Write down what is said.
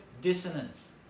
dissonance